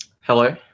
Hello